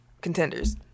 contenders